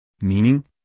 Meaning